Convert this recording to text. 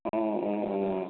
অঁ অঁ অঁ